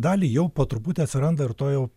dalį jau po truputį atsiranda ir to jau